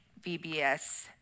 VBS